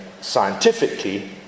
scientifically